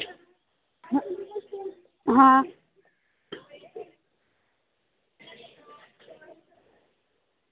आं